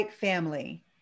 family